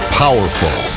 powerful